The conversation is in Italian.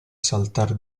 saltar